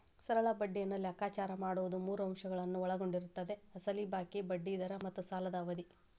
ಸರಳ ಬಡ್ಡಿಯನ್ನು ಲೆಕ್ಕಾಚಾರ ಮಾಡುವುದು ಮೂರು ಅಂಶಗಳನ್ನು ಒಳಗೊಂಡಿರುತ್ತದೆ ಅಸಲು ಬಾಕಿ, ಬಡ್ಡಿ ದರ ಮತ್ತು ಸಾಲದ ಅವಧಿ